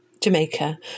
Jamaica